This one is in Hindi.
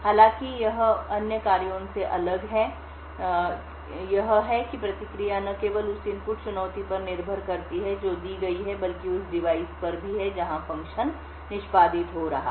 हालांकि यह अन्य कार्यों से अलग है यह है कि प्रतिक्रिया न केवल उस इनपुट चुनौती पर निर्भर करती है जो दी गई है बल्कि उस डिवाइस पर भी है जहां फ़ंक्शन निष्पादित हो रहा है